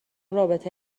رابطه